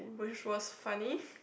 which was funny